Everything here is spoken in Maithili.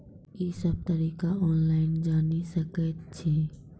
ई सब तरीका ऑनलाइन जानि सकैत छी?